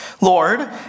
Lord